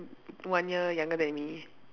one year younger than me